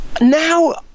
now